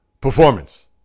performance